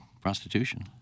prostitution